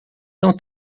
não